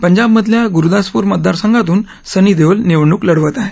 पंजाबमधल्या गुरुदासपूर मतदारसंघातून सनी देओल निवडणूक लढवत आहे